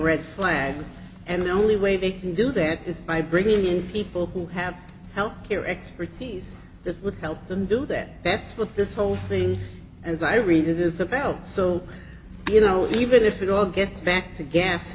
red flags and the only way they can do that is by bringing in people who have health care expertise that would help them do that that's what this whole thing as i read it is about so you know even if it all gets back to gas